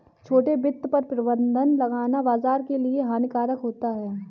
छोटे वित्त पर प्रतिबन्ध लगाना बाज़ार के लिए हानिकारक होता है